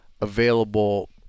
available